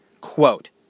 Quote